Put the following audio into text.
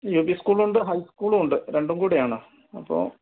U P school ഉണ്ട് high school ഉണ്ട് രണ്ടും കൂടെയാണ് അപ്പോൾ